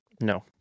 No